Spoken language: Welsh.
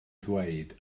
ddweud